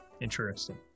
Interesting